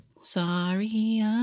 Sorry